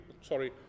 sorry